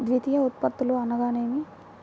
ద్వితీయ ఉత్పత్తులు అనగా నేమి?